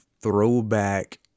throwback